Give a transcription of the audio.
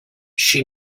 she